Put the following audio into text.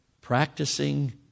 practicing